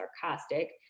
sarcastic